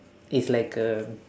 is like a